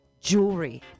jewelry